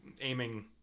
aiming